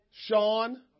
Sean